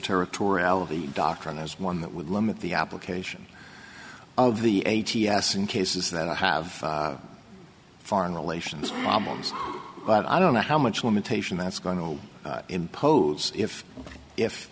territoriality doctrine as one that would limit the application of the a t s in cases that have foreign relations but i don't know how much limitation that's going to impose if if